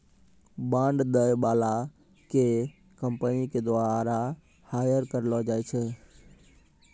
bond दै बाला के कंपनी के द्वारा हायर करलो जाय छै